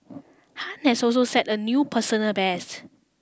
Han has also set a new personal best